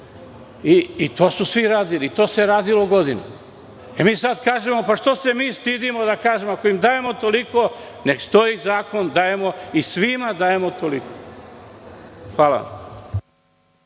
To su svi radili i to se radilo godinama. Mi sada kažemo – što se mi stidimo da kažemo, ako im dajemo toliko, nek stoji zakon i svima dajemo toliko. Hvala.